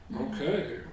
Okay